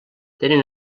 tenen